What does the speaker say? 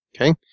okay